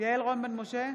יעל רון בן משה,